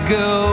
go